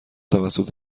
توسط